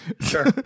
Sure